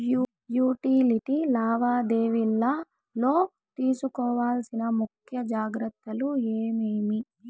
Utility లావాదేవీల లో తీసుకోవాల్సిన ముఖ్య జాగ్రత్తలు ఏమేమి?